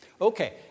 Okay